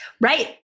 Right